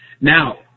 Now